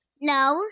No